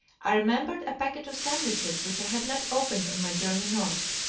i remembered a packet of sandwiches which i had not opened on my journey north.